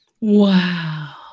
Wow